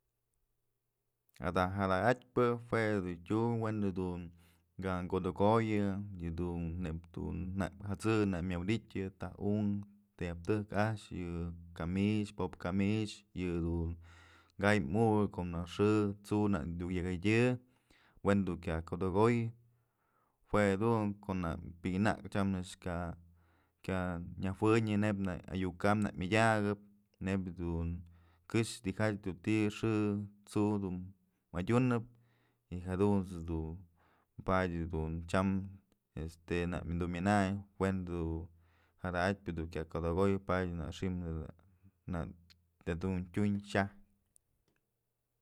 Ada jada atpë jue dun tyum we'en jedun ka kudoyë yëdun neyb dun nak jët'së nak myëwëdytyë taj unkë tedyap tëjk a'ax yë kamix pop kamix yëdun kay mukëp konak xë t'su nak yak jadyë we'en du kya kudëkoy jue dun konak pikanak tyam a'ax kya nëjuënyë neyb nak ayu'uk am nak myëdakëp neyb jedun këxë tijatyë dun ti'i xë t'su dun adyunëp y jadunt's du padyë dun chyam este nak du myënayn we'en du jada'atpë du kya kudëkoy padye nak xi'im jedun nak jedun tyun xaj.